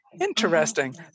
interesting